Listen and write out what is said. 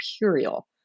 imperial